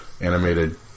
animated